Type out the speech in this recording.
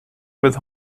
with